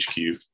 HQ